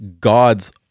God's